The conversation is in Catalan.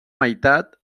meitat